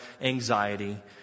anxiety